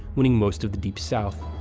winning most of the deep south.